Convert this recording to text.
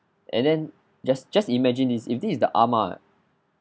and then just just imagine is if this is the amah